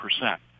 percent